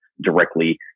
directly